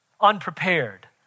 unprepared